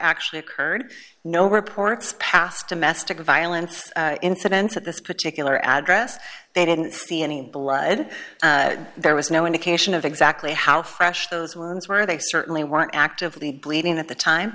actually occurred no reports of past domestic violence incidents at this particular address they didn't see any blood there was no indication of exactly how fresh those wounds were they certainly weren't actively bleeding at the time